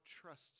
trusts